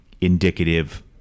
indicative